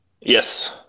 Yes